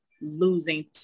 losing